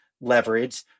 leverage